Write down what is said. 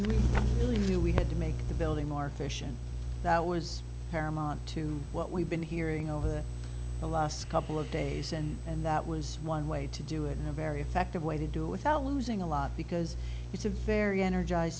we knew we had to make the building more efficient that was paramount to what we've been hearing over the last couple of days and and that was one way to do it and a very effective way to do it without losing a lot because it's a very energize